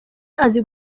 azi